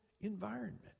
environment